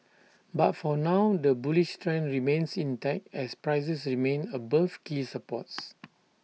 but for now the bullish trend remains intact as prices remain above key supports